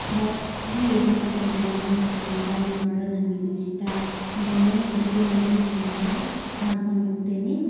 ಬಾಕ್ಸ್ಗೆ ಇದನ್ನು ಕಟ್ಕೊಂಡು ಬಾ ಅದನ್ನು ಕಟ್ಕೊಂಡು ಬಾ ನೀನು ಮಾಡೋದು ನನ್ಗೆ ಇದಿಷ್ಟ ಅಂತಂದೇಳಿ ಪ್ರತಿ ಒಂದುನೂ ಹೇಳ್ತಾರೆ ಮಾಡಿಕೊಂಡೋಗ್ತಿನಿ